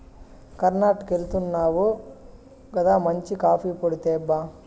కర్ణాటకెళ్తున్నావు గదా మంచి కాఫీ పొడి తేబ్బా